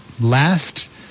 last